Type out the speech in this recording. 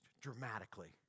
dramatically